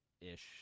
ish